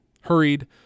hurried